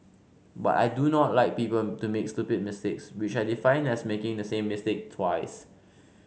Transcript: but I do not like people to make stupid mistakes which I define as making the same mistake twice